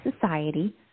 society